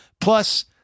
Plus